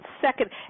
second